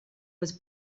was